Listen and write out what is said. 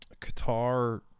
Qatar